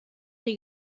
die